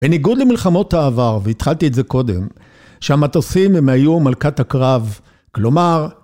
בניגוד למלחמות העבר, והתחלתי את זה קודם, שהמטוסים הם היו מלכת הקרב, כלומר...